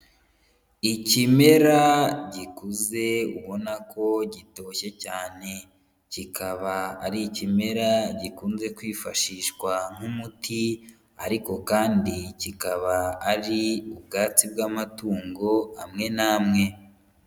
Ikimera gikuze ubona ko gitoshye cyane, kikaba ari ikimera gikunze kwifashishwa nk'umuti ariko kandi kikaba ari ubwatsi bw'amatungo amwe n'amwe.